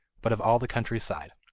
but of all the country-side.